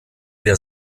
der